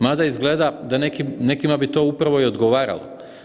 Mada izgleda da nekima ti to upravo i odgovaralo.